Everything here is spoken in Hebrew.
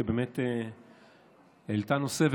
שבאמת העלתה נושא,